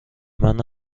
منو